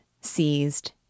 seized